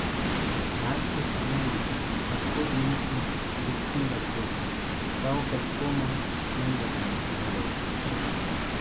आज के समे म कतको जिनिस म जोखिम रथे तौ कतको म नइ राहय घलौक